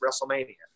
WrestleMania